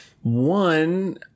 One